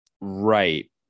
Right